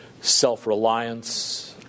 Self-reliance